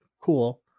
Cool